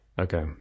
Okay